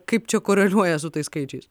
kaip čia koreliuoja su tais skaičiais